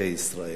לאזרחי ישראל.